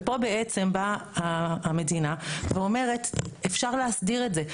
ופה בעצם באה המדינה ואומרת אפשר להסדיר את זה.